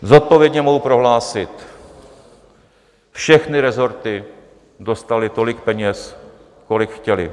Zodpovědně mohu prohlásit, všechny resorty dostaly tolik peněz, kolik chtěly.